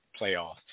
playoffs